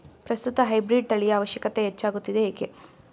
ಪ್ರಸ್ತುತ ಹೈಬ್ರೀಡ್ ತಳಿಯ ಅವಶ್ಯಕತೆ ಹೆಚ್ಚಾಗುತ್ತಿದೆ ಏಕೆ?